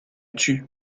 tue